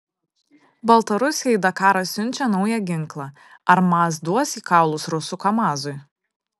baltarusiai į dakarą siunčia naują ginklą ar maz duos į kaulus rusų kamazui